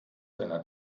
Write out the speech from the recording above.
seiner